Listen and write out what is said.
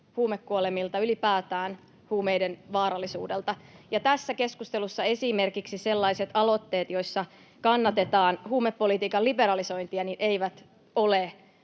huumekuolemilta ja ylipäätään huumeiden vaarallisuudelta. Tässä keskustelussa esimerkiksi sellaiset aloitteet, joissa kannatetaan huumepolitiikan liberalisointia, eivät ole